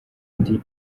ndi